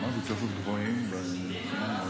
אנחנו עברנו עכשיו את חג השבועות, זמן מתן תורה,